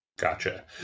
Gotcha